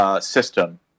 system